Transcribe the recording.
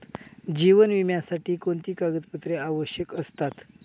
जीवन विम्यासाठी कोणती कागदपत्रे आवश्यक असतात?